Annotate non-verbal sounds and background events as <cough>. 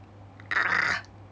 <noise>